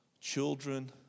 Children